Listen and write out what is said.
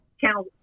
Channel